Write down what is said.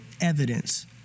evidence